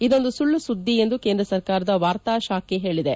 ಇದೊಂದು ಸುಳ್ಳು ಸುದ್ದಿ ಎಂದು ಕೇಂದ್ರ ಸರ್ಕಾರದ ವಾರ್ತಾ ಶಾಖೆ ಹೇಳಿದೆ